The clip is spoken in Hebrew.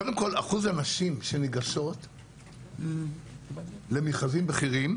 קודם כל אחוז הנשים שניגשות למכרזים בכירים,